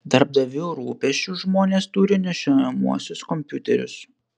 darbdavių rūpesčiu žmonės turi nešiojamuosius kompiuterius